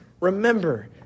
remember